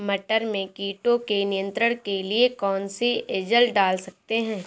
मटर में कीटों के नियंत्रण के लिए कौन सी एजल डाल सकते हैं?